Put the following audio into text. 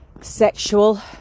sexual